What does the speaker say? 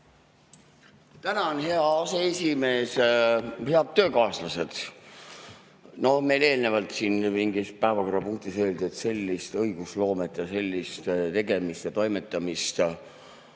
Tänan, hea aseesimees! Head töökaaslased! Meil eelnevalt siin mingi päevakorrapunkti arutelul öeldi, et sellist õigusloomet ja sellist tegemist ja toimetamist,